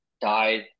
died